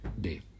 day